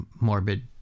morbid